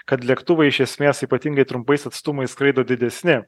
kad lėktuvai iš esmės ypatingai trumpais atstumais skraido didesni